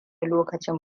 lokacin